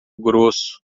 grosso